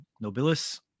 nobilis